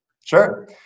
Sure